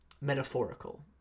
metaphorical